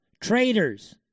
traitors